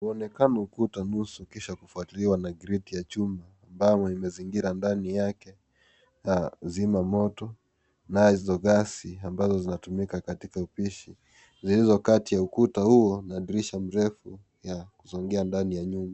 Mwonekano kuta nusu kisha kufuatilia na gridi ya chuma na bango imezingira ndani yake. Zima moto nazo gasi ambazo zinatumika katika upishi zilizo kati ya ukuta huo na dirisha mrefu ya kusongea ndani ya nyumba